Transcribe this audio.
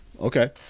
Okay